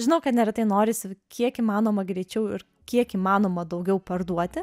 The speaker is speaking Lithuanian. žinau kad neretai norisi kiek įmanoma greičiau ir kiek įmanoma daugiau parduoti